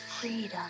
freedom